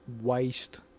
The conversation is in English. waste